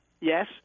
Yes